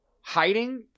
hiding